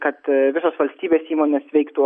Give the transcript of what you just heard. kad visos valstybės įmonės veiktų